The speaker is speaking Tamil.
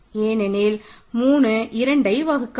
ஏனெனில் 3 2யை வகுக்காது